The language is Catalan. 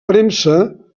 premsa